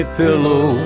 pillow